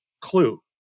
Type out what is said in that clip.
clue